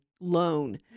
loan